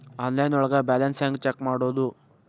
Online ಒಳಗೆ balance ಹ್ಯಾಂಗ check ಮಾಡೋದು?